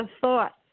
thoughts